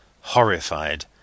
horrified